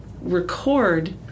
record